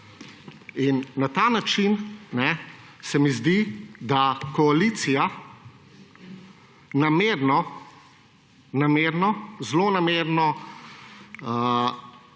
Na ta način se mi zdi, da koalicija namerno, zlonamerno